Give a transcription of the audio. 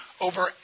over